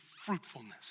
fruitfulness